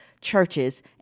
churches